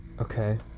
Okay